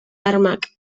armak